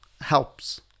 helps